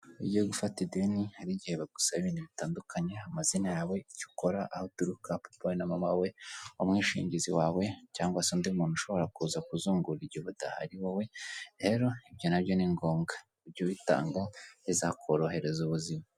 Iyo ugiye gufata ideni, hari igihe bagusaba ibintu bitandukanye amazina yawe, icyo ukora, aho uturuka, papa wawe na mama wawe, umwishingizi wawe cyangwa se undi muntu ushobora kuza kuzungura igihe udahari wowe, rero ibyo nabyo ni ngombwa jya ubitanga bizakorohereza ubuzima.